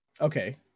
Okay